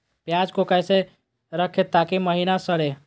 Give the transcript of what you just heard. प्याज को कैसे रखे ताकि महिना सड़े?